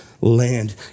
land